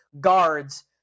guards